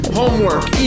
homework